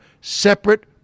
separate